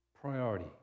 Priority